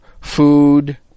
food